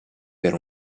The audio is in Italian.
per